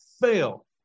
fail